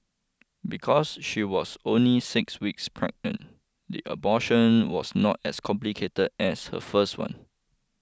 because she was only six weeks pregnant the abortion was not as complicated as her first one